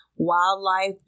Wildlife